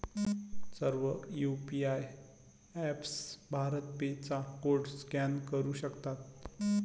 सर्व UPI apps Bharat Pe चा code scan करू शकतात